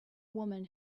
woman